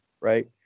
right